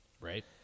Right